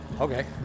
okay